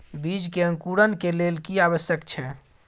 बीज के अंकुरण के लेल की आवश्यक छै?